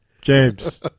James